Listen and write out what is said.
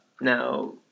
Now